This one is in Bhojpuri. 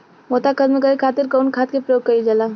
मोथा खत्म करे खातीर कउन खाद के प्रयोग कइल जाला?